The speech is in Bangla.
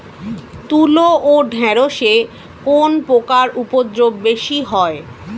তুলো ও ঢেঁড়সে কোন পোকার উপদ্রব বেশি হয়?